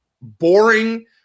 boring